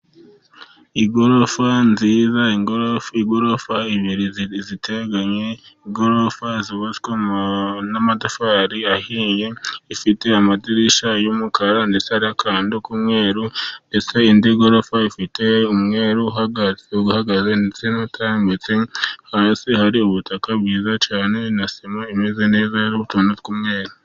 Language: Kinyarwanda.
Igorofa nziza, igorofa ebyiri ziteganye, igorofa zubatswe n'amatafari ahiye, ifite amadirisha y'umukara ndetse Hari akantu k'umweru, ndetse indi gorofa ifite umweru uhagaze, ndetse n'utambitse, hasi hari ubutaka bwiza cyane, na sima imeze neza iriho utuntu tw'umweru.